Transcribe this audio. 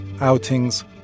outings